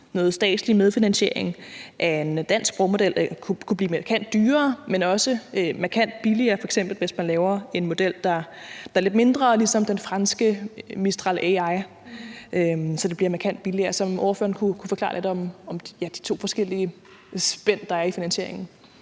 noget statslig medfinansiering kunne blive markant dyrere, men også markant billigere, f.eks. hvis man laver en model, der er lidt mindre ligesom den franske Mistral AI, så det bliver markant billigere. Så kunne ordføreren forklare lidt om de to forskellige spænd, der er i finansieringen?